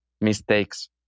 mistakes